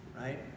right